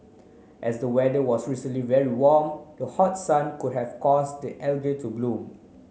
as the weather was recently very warm the hot sun could have caused the to bloom